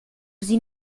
sie